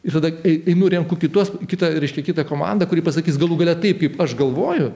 ir tada kai nu renku kituos kitą reiškia kitą komandą kuri pasakys galų gale taip kaip aš galvoju